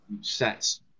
sets